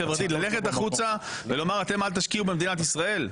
חברתית אבל ללכת החוצה ולהגיד אתם אל תשקיעו במדינת ישראל?